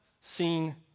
seen